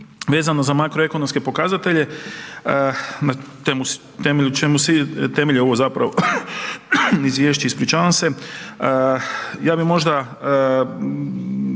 vezano za makroekonomske pokazatelje na temelju čemu svi, temelj je ovo zapravo izvješće, ja bi možda